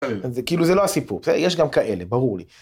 זה כאילו זה לא הסיפור, יש גם כאלה, ברור לי.